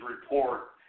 report